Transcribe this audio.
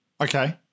Okay